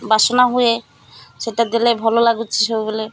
ବାସ୍ନା ହୁଏ ସେଟା ଦେଲେ ଭଲ ଲାଗୁଛି ସବୁବେଳେ